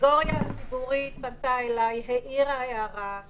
לגבי המעצר הראשון צריך לתכנן קדימה.